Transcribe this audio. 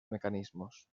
mecanismos